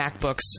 MacBooks